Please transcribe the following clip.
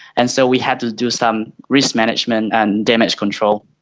and so we had to do some risk management and damage control.